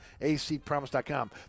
acpromise.com